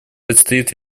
предстоит